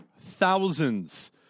thousands